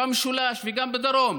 במשולש וגם בדרום,